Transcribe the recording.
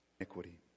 iniquity